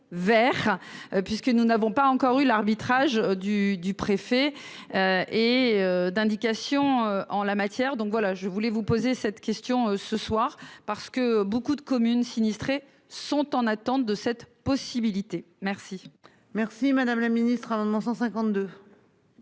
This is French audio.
Vert. Puisque nous n'avons pas encore eu l'arbitrage du du préfet. Et d'indications en la matière. Donc voilà je voulais vous poser cette question ce soir parce que beaucoup de communes sinistrées sont en attente de cette possibilité. Merci. Merci madame la ministre. 152.